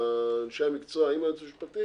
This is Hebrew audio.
אנשי המקצוע והיועץ המשפטי